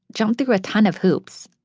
jump through a ton of hoops,